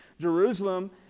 Jerusalem